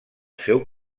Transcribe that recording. seu